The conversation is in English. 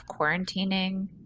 quarantining